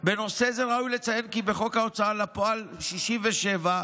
בנושא זה ראוי לציין כי בחוק ההוצאה לפועל, 1967,